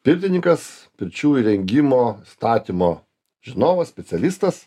pirtininkas pirčių įrengimo statymo žinovas specialistas